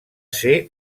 ser